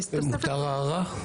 מותר הערה?